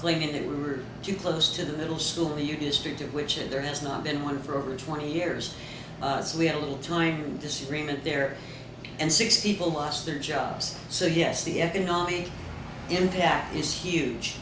claiming that we were too close to the middle school you district of which there has not been one for over twenty years so we had a little time disagreement there and six people lost their jobs so yes the economic impact is huge